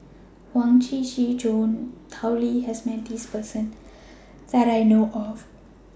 Huang Shiqi Joan and Tao Li has Met This Person that I know of